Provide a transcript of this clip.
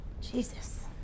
Jesus